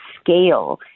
scale